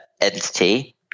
entity